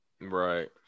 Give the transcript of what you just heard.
Right